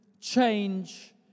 change